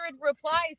replies